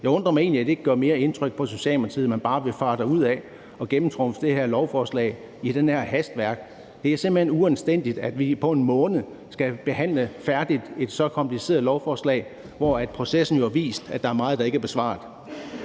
Jeg undrer mig egentlig over, at det ikke gør mere indtryk på Socialdemokratiet, men at man bare vil fare derudad og gennemtrumfe det her lovforslag med sådan et hastværk. Det er simpelt hen uanstændigt, at vi på en måned skal færdigbehandle et så kompliceret lovforslag, hvor processen har vist, at der er meget, der ikke er besvaret.